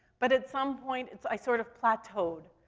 but at some point it's i sort of plateaued.